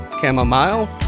chamomile